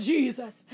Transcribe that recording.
Jesus